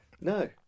No